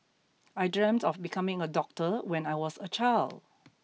I dreamt of becoming a doctor when I was a child